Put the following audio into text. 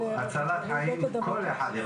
אנחנו מאז 1970 מבחינה מדעית יודעים יותר ממה שידענו.